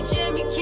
Jimmy